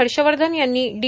हर्षवर्धन यांनी डी